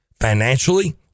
financially